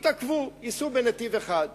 יתעכבו, ייסעו בנתיב אחד.